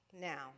now